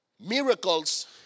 Miracles